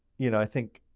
you know, i think,